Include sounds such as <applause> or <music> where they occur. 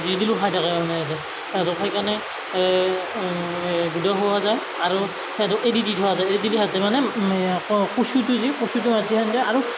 যি দিলেও খাই থাকে আৰু মানে সিহঁতক আৰু সেইকাৰণে এই গুদা খুওৱা যায় আৰু সিহঁতক এৰি দি থোৱা যায় এৰি দি থলে সিহঁতে মানে কচুটো যে কচুটো <unintelligible> আৰু